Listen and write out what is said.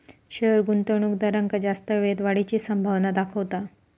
share गुंतवणूकदारांका जास्त वेळेत वाढीची संभावना दाखवता